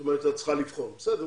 את אומרת שאת צריכה לבחון וזה בסדר,